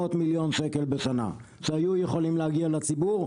מיליון שקלים בשנה שהיו יכולים להגיע לציבור,